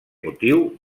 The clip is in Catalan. motiu